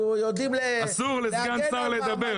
פה --- אסור לסגן שר לדבר.